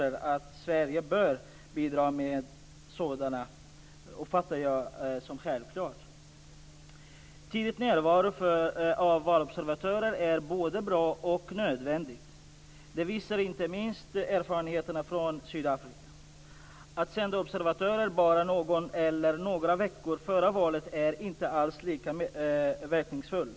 Det är självklart att Sverige bör bidra med valobservatörer. En tidig närvaro av valobservatörer är både bra och nödvändig. Det visar inte minst erfarenheterna från Sydafrika. Att sända ut observatörer bara någon eller några veckor före valet är inte alls lika verkningsfullt.